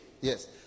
Yes